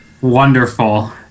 Wonderful